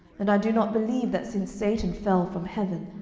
and i do not believe that since satan fell from heaven,